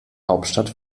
hauptstadt